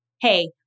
Hey